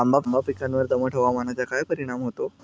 आंबा पिकावर दमट हवामानाचा काय परिणाम होतो?